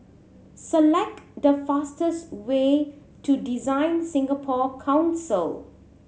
select the fastest way to DesignSingapore Council